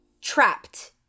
trapped